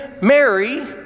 Mary